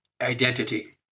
identity